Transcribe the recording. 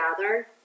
gather